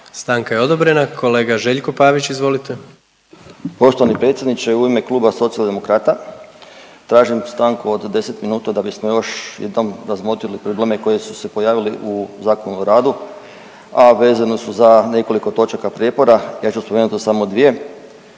Stanka je odobrena. Kolega Željko Pavić, izvolite. **Pavić, Željko (Nezavisni)** Poštovani predsjedniče, u ime Kluba Socijaldemokrata tražim stanku od 10 minuta da bismo još jednom razmotrili probleme koji su se pojavili u Zakonu o radu, a vezani su za nekoliko točaka prijepora, ja ću spomenuti samo dvije.